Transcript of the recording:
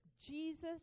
Jesus